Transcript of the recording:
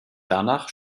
danach